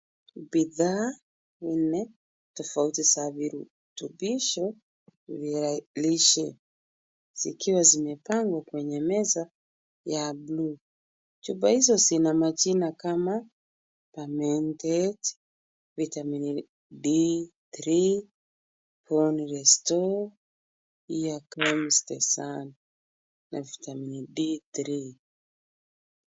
Bidhaa, nne, tofauti za virutubisho, vya lishe, zikiwa zimepangwa kwenye meza, ya blue , chupa hizo zina majina kama, pamentage, vitamin D 3, one restores, here comes the sun , na vitamin D3 .